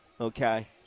Okay